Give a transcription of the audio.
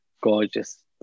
gorgeous